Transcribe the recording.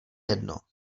jedno